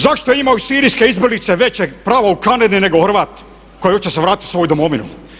Zašto imaju sirijske izbjeglice većeg prava u Kanadi nego Hrvat koji jučer se vratio u svoju Domovinu.